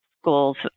schools